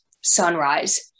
sunrise